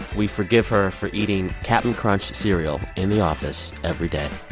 we forgive her for eating cap'n crunch cereal in the office every day.